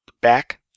back